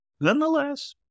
Nonetheless